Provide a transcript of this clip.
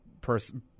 person